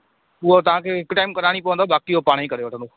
हूअ तव्हांखे हिकु टाइम कराइणी पवंदव बाक़ी जो पाणेई करे वठंदो